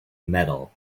metal